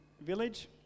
village